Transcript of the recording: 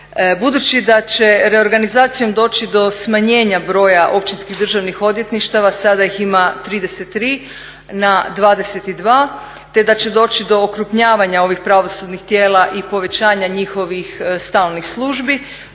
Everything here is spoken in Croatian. Budući da će reorganizacijom doći do smanjenja broja općinskih državnih odvjetništava, sada ih ima 33 na 22 te da će doći do okrupnjavanja ovih pravosudnih tijela i povećanja njihovih stalnih službi,